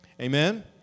amen